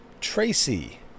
Tracy